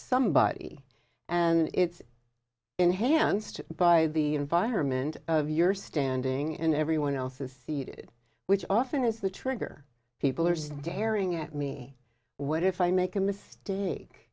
somebody and it's enhanced by the environment of your standing and everyone else is seated which often is the trigger people are staring at me what if i make a myst